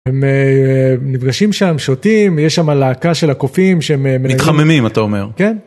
הם נפגשים שם, שותים, יש שם הלהקה של הקופים שהם מתחממים, אתה אומר, כן